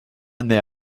naît